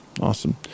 awesome